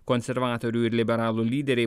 konservatorių ir liberalų lyderiai